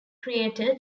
creator